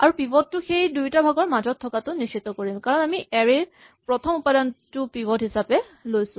আৰু পিভট টো সেই দুয়োভাগৰ মাজত থকাটো নিশ্চিত কৰিম কাৰণ আমি এৰে ৰ প্ৰথম উপাদানটো পিভট হিচাপে লৈছো